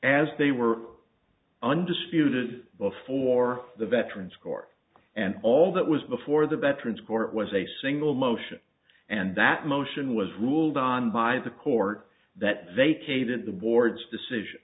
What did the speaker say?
as they were undisputed before the veterans court and all that was before the veterans court was a single motion and that motion was ruled on by the court that vacated the board's decision